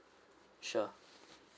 sure